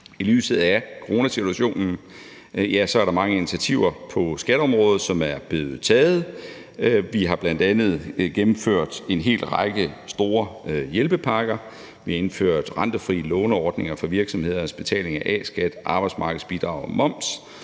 I lyset af coronasituationen, ja, så er der mange initiativer på skatteområdet, som er blevet taget: Vi har bl.a. gennemført en hel række store hjælpepakker; vi har indført rentefrie låneordninger for virksomheders betaling af A-skat, arbejdsmarkedsbidrag og moms,